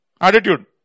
attitude